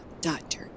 doctor